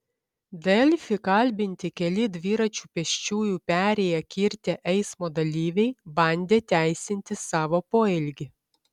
delfi kalbinti keli dviračiu pėsčiųjų perėją kirtę eismo dalyviai bandė teisinti savo poelgį